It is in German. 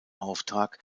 auftrag